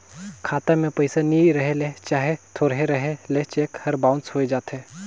खाता में पइसा नी रहें ले चहे थोरहें रहे ले चेक हर बाउंस होए जाथे